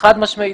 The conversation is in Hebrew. חד משמעית.